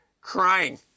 crying